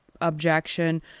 objection